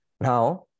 Now